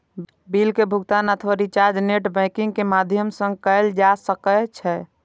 bill के भुगातन अथवा रिचार्ज नेट बैंकिंग के माध्यम सं कैल जा सकै छै